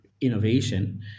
innovation